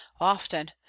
often